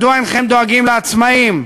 מדוע אינכם דואגים לעצמאים?